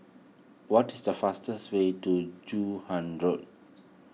what is the fastest way to Joon Hiang Road